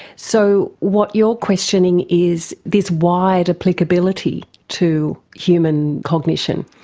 so what you're questioning is this wide applicability to human cognition.